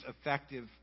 effective